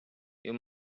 you